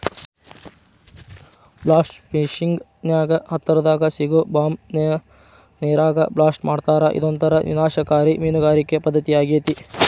blast fishing ನ್ಯಾಗ ಹತ್ತರದಾಗ ಸಿಗೋ ಬಾಂಬ್ ನ ನೇರಾಗ ಬ್ಲಾಸ್ಟ್ ಮಾಡ್ತಾರಾ ಇದೊಂತರ ವಿನಾಶಕಾರಿ ಮೇನಗಾರಿಕೆ ಪದ್ದತಿಯಾಗೇತಿ